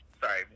Sorry